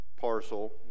parcel